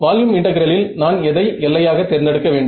volume இன்டெகிரலில் நான் எதை எல்லையாக தேர்ந்தெடுக்க வேண்டும்